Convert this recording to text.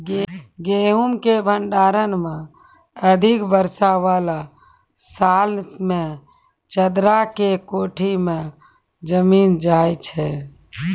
गेहूँ के भंडारण मे अधिक वर्षा वाला साल मे चदरा के कोठी मे जमीन जाय छैय?